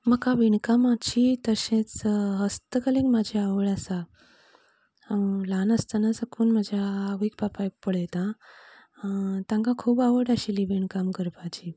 म्हाका विणकामाची तशेंच हस्तकलेंत म्हाका आवड आसा ल्हान आसतना साकून म्हाज्या आवय बापायक पळयतां तांकां खूब आवड आशिल्ली विणकाम करपाची